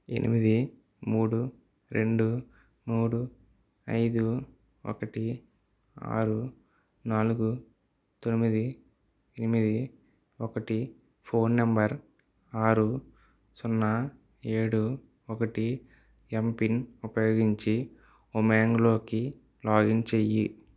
ఎనిమిది మూడు రెండు మూడు ఐదు ఒకటి ఆరు నాలుగు తొమ్మిది ఎనిమిది ఒకటి ఫోన్ నంబర్ ఆరు సున్నా ఏడు ఒకటి ఎంపిఐఎన్ ఉపయోగించి ఉమాంగ్లోకి లాగిన్ చెయ్యి